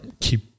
keep